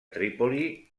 trípoli